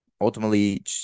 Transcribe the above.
Ultimately